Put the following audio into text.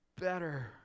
better